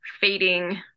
fading